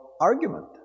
argument